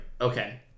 okay